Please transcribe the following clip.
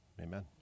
Amen